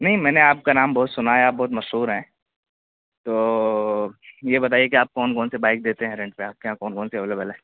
نہیں میں نے آپ کا نام بہت سنا ہے آپ بہت مشہور ہیں تو یہ بتائیے کہ آپ کون کون سے بائک دیتے ہیں رینٹ پہ آپ کے یہاں کون کون سی اویلیبل ہے